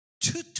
Two